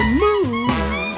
move